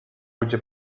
gdzie